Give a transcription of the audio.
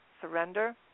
Surrender